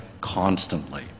constantly